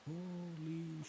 Holy